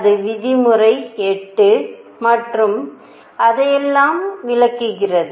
அது விதிமுறை 8 மற்றும் அதையெல்லாம் விளக்குகிறது